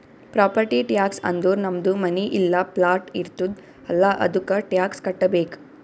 property tax ಅಂದುರ್ ನಮ್ದು ಮನಿ ಇಲ್ಲಾ ಪ್ಲಾಟ್ ಇರ್ತುದ್ ಅಲ್ಲಾ ಅದ್ದುಕ ಟ್ಯಾಕ್ಸ್ ಕಟ್ಟಬೇಕ್